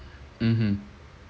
mmhmm